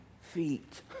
feet